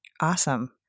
Awesome